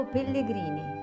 Pellegrini